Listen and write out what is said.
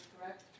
Correct